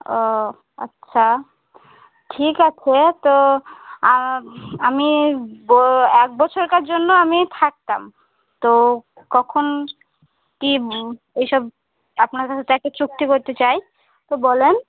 ও আচ্ছা ঠিক আছে তো আম আমি ও এক বছরের জন্য আমি থাকতাম তো কখন কী এইসব আপনার সাথে একটা চুক্তি করতে চাই তো বলুন